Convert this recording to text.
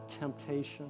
temptation